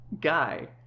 guy